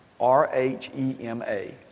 r-h-e-m-a